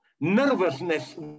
nervousness